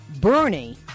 bernie